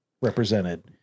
represented